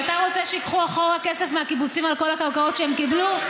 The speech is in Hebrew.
אתה רוצה שייקחו אחורה כסף מהקיבוצים על כל הקרקעות שהם קיבלו?